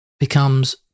becomes